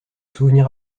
souvenir